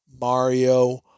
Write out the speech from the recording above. Mario